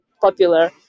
popular